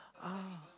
ah